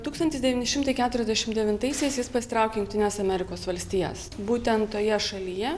tūkstantis devyni šimtai keturiasdešimt devintaisiais jis pasitraukė į jungtinės amerikos valstijas būtent toje šalyje